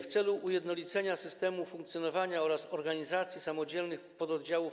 W celu ujednolicenia systemu funkcjonowania oraz organizacji samodzielnych pododdziałów